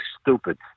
stupid